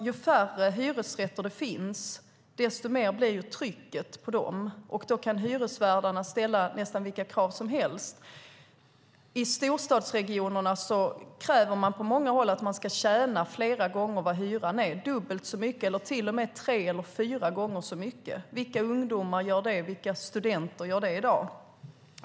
Ju färre hyresrätter det finns, desto större blir trycket på dem. Då kan hyresvärdarna ställa nästan vilka krav som helst. I storstadsregionerna kräver de på många håll att man ska tjäna flera gånger vad hyran är. Det kan vara dubbelt så mycket eller till och med tre eller fyra gånger så mycket. Vilka ungdomar gör det? Vilka studenter gör det i dag?